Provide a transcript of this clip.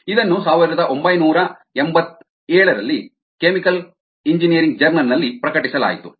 ಇದನ್ನು 1987 ರಲ್ಲಿ chemical engineering journal ನಲ್ಲಿ ಪ್ರಕಟಿಸಲಾಯಿತು